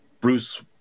bruce